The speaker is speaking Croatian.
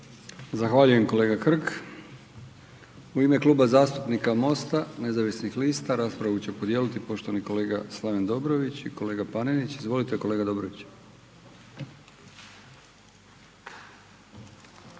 Zahvaljujem, kolega Hrg. U ime Kluba zastupnika MOST-a nezavisnih lista raspravu će podijeliti poštovani kolega Slaven Dobrović i kolega Panenić, izvolite kolega Dobrović.